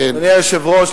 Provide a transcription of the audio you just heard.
אדוני היושב-ראש,